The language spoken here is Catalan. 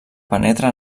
penetra